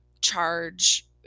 charge